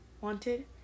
Wanted